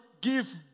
give